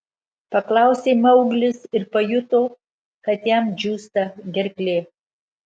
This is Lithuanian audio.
paklausė mauglis ir pajuto kad jam džiūsta gerklė